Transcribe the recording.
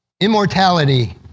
Immortality